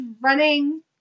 running